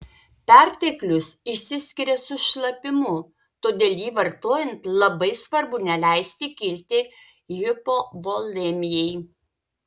perteklius išsiskiria su šlapimu todėl jį vartojant labai svarbu neleisti kilti hipovolemijai